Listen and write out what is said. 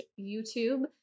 YouTube